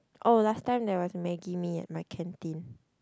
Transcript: oh last time there was maggi mee at my canteen